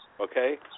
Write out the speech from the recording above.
Okay